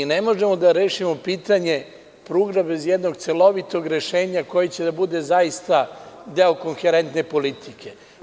Ne možemo da rešimo pitanje pruge bez jednog celovitog rešenja koje će da bude zaista deo koherentne politike.